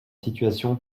situation